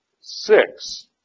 six